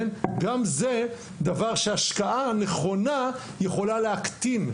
גם זה דבר שהשקעה נכונה יכולה להקטין,